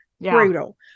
brutal